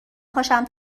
پاشم